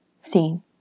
seen